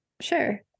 Sure